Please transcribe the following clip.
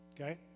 Okay